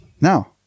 Now